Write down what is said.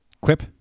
quip